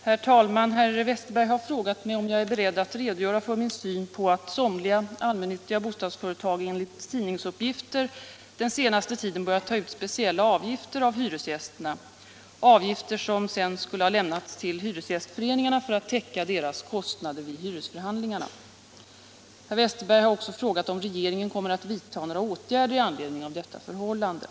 Herr talman! Herr Westerberg har frågat mig om jag är beredd att redogöra för min syn på att somliga allmännyttiga bostadsföretag enligt tidningsuppgifter den senaste tiden börjat ta ut speciella avgifter av hyresgästerna, avgifter som sedan skulle ha lämnats till hyresgästföreningarna för att täcka deras kostnader vid hyresförhandlingarna. Herr Westerberg har också frågat om regeringen kommer att vidta några åtgärder i anledning av detta förhållande.